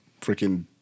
freaking